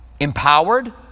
empowered